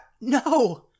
no